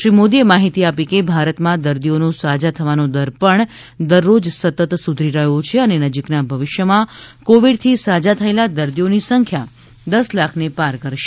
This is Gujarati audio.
શ્રી મોદીએ માહિતી આપી કે ભારતમાં દર્દીઓનો સાજા થવાનો દર પણ દરરોજ સતત સુધરી રહ્યો છે અને નજીકના ભવિષ્યમાં કોવિડથી સાજા થયેલા દર્દીઓની સંખ્યા દસ લાખને પાર કરશે